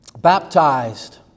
baptized